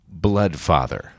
Bloodfather